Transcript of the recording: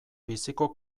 biziko